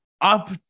up